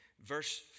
Verse